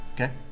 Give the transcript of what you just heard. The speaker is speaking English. Okay